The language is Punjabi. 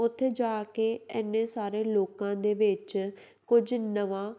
ਉੱਥੇ ਜਾ ਕੇ ਇੰਨੇ ਸਾਰੇ ਲੋਕਾਂ ਦੇ ਵਿੱਚ ਕੁਝ ਨਵਾਂ